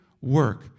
work